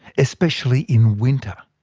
especially in winter?